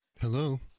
Hello